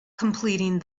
completing